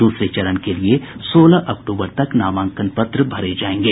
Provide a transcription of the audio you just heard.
दूसरे चरण के लिए सोलह अक्टूबर तक नामांकन पत्र भरे जायेंगे